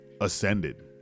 ascended